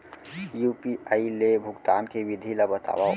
UPI ले भुगतान के विधि ला बतावव